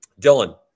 Dylan